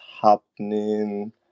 happening